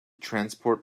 transport